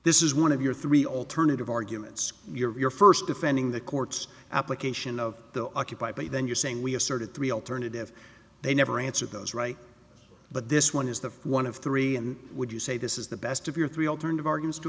this is one of your three alternative arguments your first defending the court's application of the occupy but then you're saying we asserted three alternative they never answer those right but this one is the one of three and would you say this is the best of your three alternative argument to